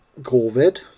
COVID